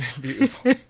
beautiful